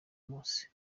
munsi